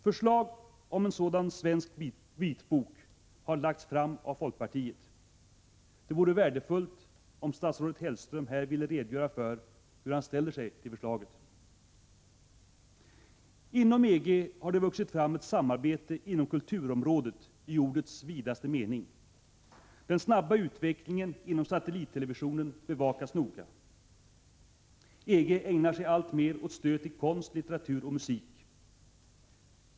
Förslag om en sådan svensk vitbok har lagts fram av folkpartiet. Det vore värdefullt om statsrådet Hellström här ville redogöra för hur han ställer sig till förslaget. Inom EG har det vuxit fram ett samarbete inom kulturområdet i ordets vidaste mening. Den snabba utvecklingen inom satellittelevisionen bevakas noga. EG ägnar sig alltmer åt stöd till konst, litteratur och musik.